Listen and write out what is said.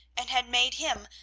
and had made him,